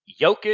Jokic